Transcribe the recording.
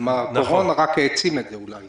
הקורונה רק העצימה את זה אולי.